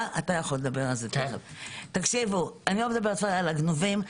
אני לא מדברת על הגנובים.